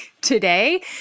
today